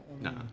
no